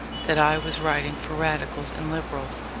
that i was writing for radicals and liberals,